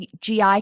GI